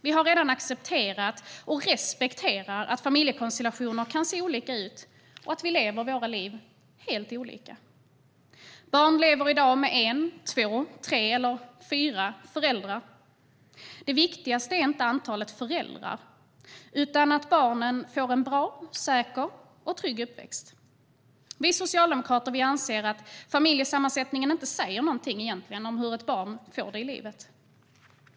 Vi har redan accepterat och respekterar att familjekonstellationer kan se olika ut och att vi lever våra liv helt olika. Barn lever i dag med en, två, tre eller fyra föräldrar. Det viktigaste är inte antalet föräldrar utan att barnen får en bra, säker och trygg uppväxt. Vi socialdemokrater anser att familjesammansättningen inte säger något om hur ett barn får det i livet.